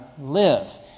live